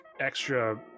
extra